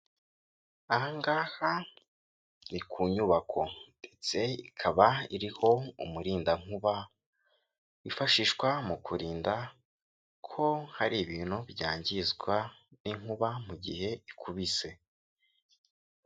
Aha ngaha ni ku nyubako ndetse ikaba iriho umurindankuba wifashishwa mu kurinda ko hari ibintu byangizwa n'inkuba mu gihe ikubise.